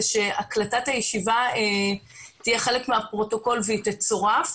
זה שהקלטת הישיבה תהיה חלק מהפרוטוקול והיא תצורף.